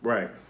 Right